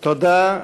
תודה.